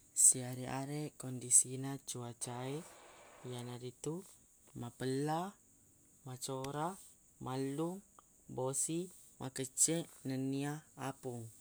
Siareq-areq kondisina cuaca e yanaritu mapella macora mallung bosi makecce nennia apong